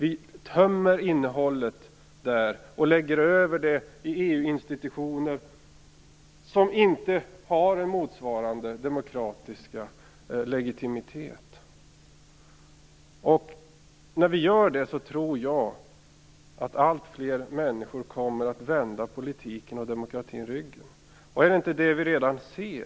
Vi tömmer dem på innehåll och lägger över det i EU institutioner, som inte har motsvarande demokratiska legitimitet. När vi gör det tror jag att alltfler människor kommer att vända politiken och demokratin ryggen. Är det inte det vi redan ser?